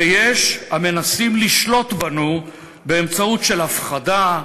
ויש המנסים לשלוט בנו באמצעות הפחדה,